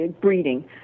breeding